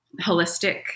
holistic